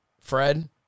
Fred